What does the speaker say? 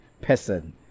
person